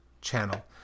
channel